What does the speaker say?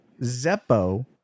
Zeppo